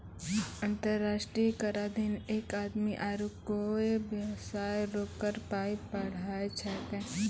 अंतर्राष्ट्रीय कराधीन एक आदमी आरू कोय बेबसाय रो कर पर पढ़ाय छैकै